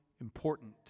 important